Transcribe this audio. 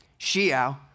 Xiao